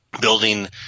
building